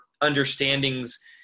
understandings